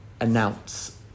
announce